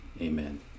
amen